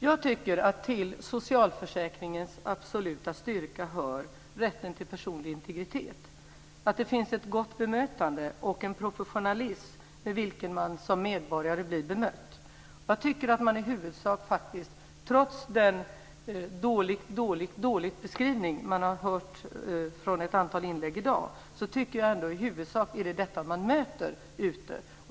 Jag tycker att till socialförsäkringens absoluta styrka hör rätten till personlig integritet, att det finns ett gott bemötande och en professionalism med vilken man som medborgare blir bemött. Trots den beskrivning vi har hört i dag från ett antal inlägg om hur dåligt allt är, tycker jag ändå att det i huvudsak är detta man möter ute.